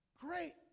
Great